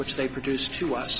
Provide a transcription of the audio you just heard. which they produced to us